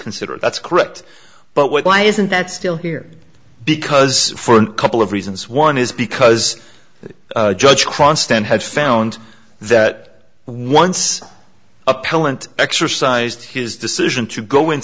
consider that's correct but why isn't that still here because for a couple of reasons one is because the judge cranston had found that once appellant exercised his decision to go in